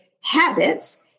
habits